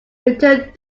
returned